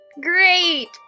Great